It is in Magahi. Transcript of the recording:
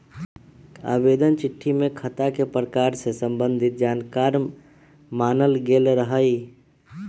आवेदन चिट्ठी में खता के प्रकार से संबंधित जानकार माङल गेल रहइ